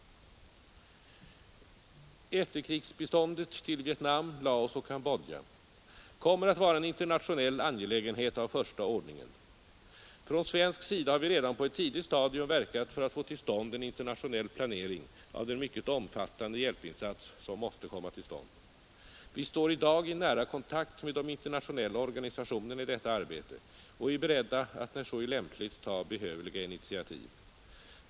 Efterkrigsbiståndet till Vietnam, Laos och Cambodja kommer att vara en internationell angelägenhet av första ordningen. Från svensk sida har vi redan på ett tidigt stadium verkat för att få till stånd en internationell planering av den mycket omfattande hjälpinsats som måste komma till stånd. Vi står i dag i nära kontakt med de internationella organisationerna i detta arbete och är beredda att när så är lämpligt ta behövliga initiativ.